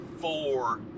four